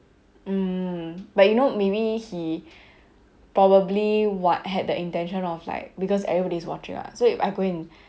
mm but you know maybe he probably what had the intention of like because everybody's watching what so if I go and